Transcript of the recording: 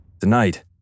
Tonight